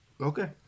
Okay